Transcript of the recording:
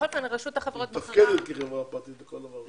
היא מתפקדת כחברה פרטית לכל דבר.